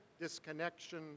disconnection